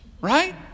Right